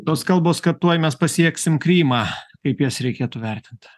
tos kalbos kad tuoj mes pasieksim krymą kaip jas reikėtų vertint